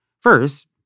First